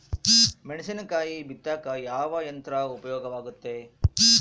ಮೆಣಸಿನಕಾಯಿ ಬಿತ್ತಾಕ ಯಾವ ಯಂತ್ರ ಉಪಯೋಗವಾಗುತ್ತೆ?